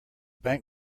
bank